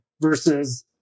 versus